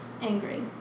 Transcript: angry